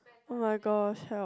oh-my-gosh help